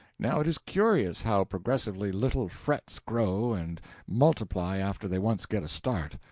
now it is curious how progressively little frets grow and multiply after they once get a start.